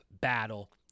battle